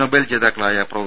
Nobel ജേതാക്കളായ prof